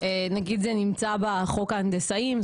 נגיד זה נמצא בחוק ההנדסאים,